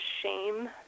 shame